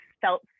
felt